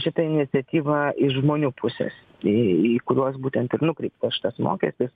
šitą iniciatyvą iš žmonių pusės į į kuriuos būtent ir nukreiptas šitas mokestis